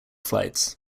flights